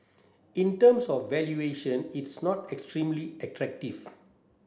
in terms of valuation it's not extremely attractive